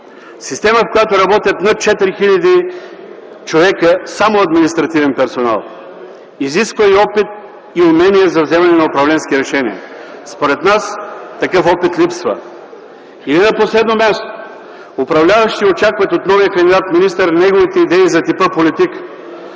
Система, в която работят над 4 хил. човека само административен персонал, изисква и опит, и умения за вземане на управленски решения. Според нас такъв опит липсва. И не на последно място, управляващите очакват от новия кандидат-министър неговите идеи за типа политика,